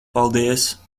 paldies